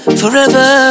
forever